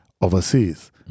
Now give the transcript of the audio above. overseas